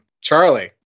Charlie